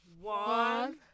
one